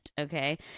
Okay